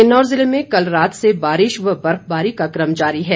किन्नौर जिले में कल रात से बारिश व बर्फबारी का कम जारी है